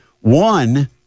one